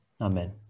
Amen